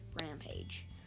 rampage